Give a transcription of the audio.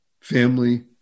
family